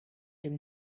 him